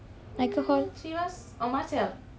martell okay okay